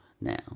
now